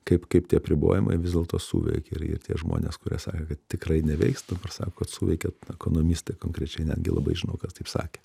kaip kaip tie apribojimai vis dėlto suveikė ir ir tie žmonės kurie sakė kad tikrai neveiks dabar sako kad suveikė ekonomistai konkrečiai netgi labai žinau kas taip sakė